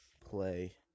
play